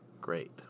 great